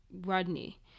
Rodney